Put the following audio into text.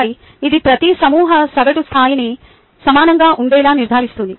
25 ఇది ప్రతి సమూహ సగటు స్థాయిని సమంగా ఉండేలా నిర్ధారిస్తుంది